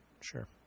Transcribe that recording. sure